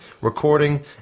recording